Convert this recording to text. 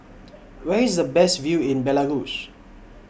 Where IS The Best View in Belarus